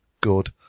good